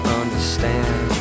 understand